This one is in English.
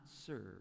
serve